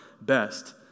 best